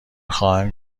خواهند